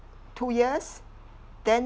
two years then